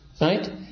right